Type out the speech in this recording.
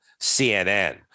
CNN